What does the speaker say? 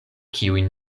kiujn